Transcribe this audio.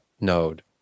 node